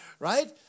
Right